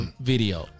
video